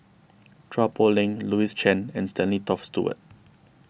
Chua Poh Leng Louis Chen and Stanley Toft Stewart